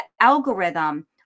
algorithm